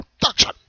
production